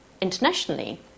internationally